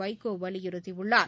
வைகோ வலியுறுத்தியுள்ளார்